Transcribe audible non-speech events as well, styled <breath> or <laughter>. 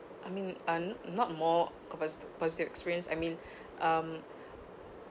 I mean um not more couples positive experience I mean <breath> um